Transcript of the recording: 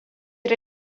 yra